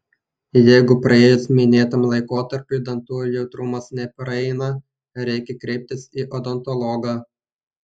jeigu praėjus minėtam laikotarpiui dantų jautrumas nepraeina reikia kreiptis į odontologą